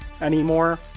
anymore